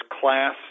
class